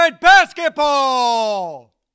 Basketball